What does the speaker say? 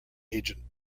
agent